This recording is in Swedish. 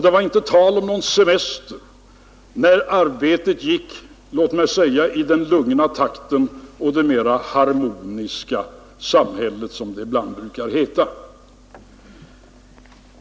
Det var inte tal om någon semester när arbetet gick i den låt mig säga lugnare takten och vi hade det mera harmoniska samhället, som det ibland brukar heta.